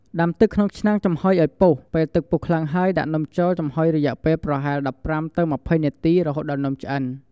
ដាំទឹកក្នុងឆ្នាំងចំហុយឲ្យពុះ ពេលទឹកពុះខ្លាំងហើយ ដាក់នំចូលចំហុយរយៈពេលប្រហែល ១៥-២០ នាទី រហូតដល់នំឆ្អិន។